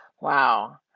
Wow